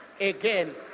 Again